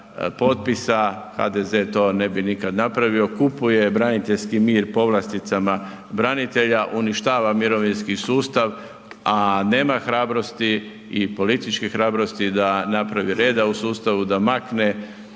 HDZ to nikada ne bi napravio. Kupuje braniteljski mir povlasticama branitelja, uništava mirovinski sustav, a nema hrabrosti i političke hrabrosti da napravi reda u sustavu, da makne